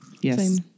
Yes